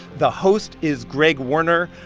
the host is greg warner,